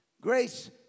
Grace